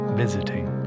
visiting